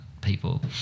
people